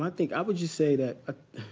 um think i would just say that ah